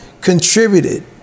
contributed